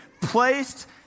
placed